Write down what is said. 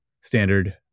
standard